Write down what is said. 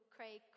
Craig